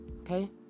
Okay